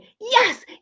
yes